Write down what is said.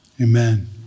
Amen